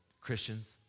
Christians